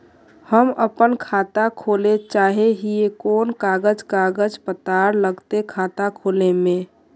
हम अपन खाता खोले चाहे ही कोन कागज कागज पत्तार लगते खाता खोले में?